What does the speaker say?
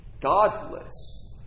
Godless